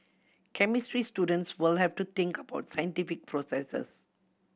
chemistry students will have to think about scientific processes